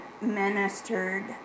ministered